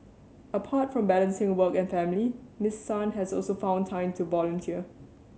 apart from balancing work and family Miss Sun has also found time to volunteer